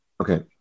Okay